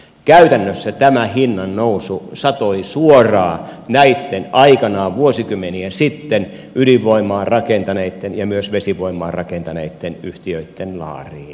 käytännössä tämä hinnannousu satoi suoraan näitten aikanaan vuosikymmeniä sitten ydinvoimaa rakentaneitten ja myös vesivoimaa rakentaneitten yhtiöitten laariin